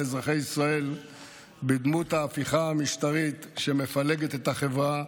אזרחי ישראל בדמות ההפיכה המשטרית שמפלגת את החברה,